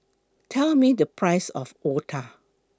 Tell Me The Price of Otah